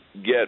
get